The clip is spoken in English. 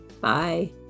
Bye